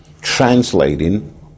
translating